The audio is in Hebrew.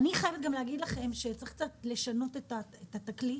אני חייבת להגיד לכם שצריך לשנות את התקליט.